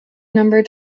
number